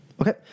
Okay